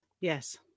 yes